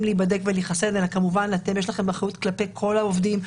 להיבדק ולהתחסן אלא כמובן לכם יש אחריות כלפי כל העובדים,